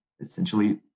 essentially